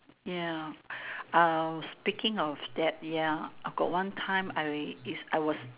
ya uh speaking of that ya I got one time I'll I was